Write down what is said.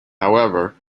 however